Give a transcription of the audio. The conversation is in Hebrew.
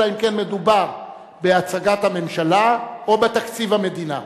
אלא אם כן מדובר בהצגת הממשלה או בתקציב המדינה.